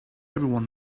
everyone